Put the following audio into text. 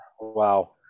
wow